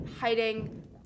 hiding